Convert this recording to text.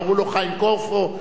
קראו לו חיים קורפו.